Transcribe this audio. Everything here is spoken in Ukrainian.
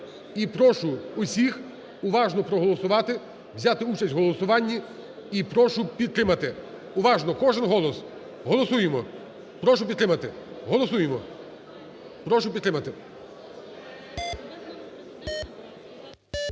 І прошу усіх уважно проголосувати, взяти участь в голосуванні. І прошу підтримати. Уважно! Кожен голос. Голосуємо. Прошу підтримати. Голосуємо. Прошу підтримати.